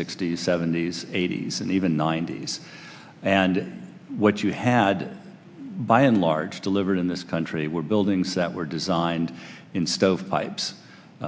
sixty's seventy's eighty's and even ninety's and what you had by and large delivered in this country were buildings that were designed in stovepipes